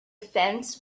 fence